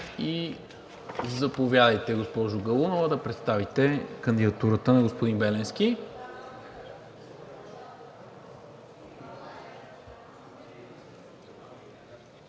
Заповядайте, госпожо Галунова, да представите кандидатурата на господин Беленски.